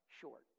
short